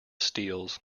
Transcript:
steels